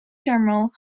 general